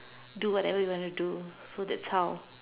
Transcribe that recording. do whatever you want to do so that's how